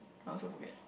I also forget